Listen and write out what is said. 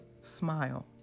smile